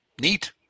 neat